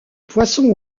poissons